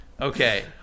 okay